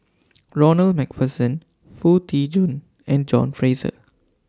Ronald MacPherson Foo Tee Jun and John Fraser